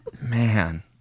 Man